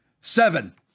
Seven